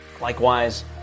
likewise